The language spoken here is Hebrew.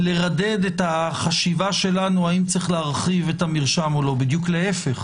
לרדד את החשיבה שלנו האם צריך להרחיב את המרשם או לא בדיוק להיפך.